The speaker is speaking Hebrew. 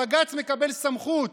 בג"ץ מקבל סמכות